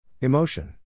Emotion